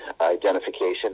identification